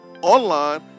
online